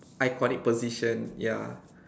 iconic position ya